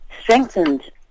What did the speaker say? strengthened